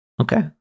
Okay